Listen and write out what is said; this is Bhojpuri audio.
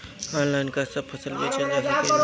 आनलाइन का सब फसल बेचल जा सकेला?